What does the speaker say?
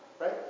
right